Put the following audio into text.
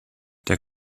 der